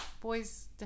boys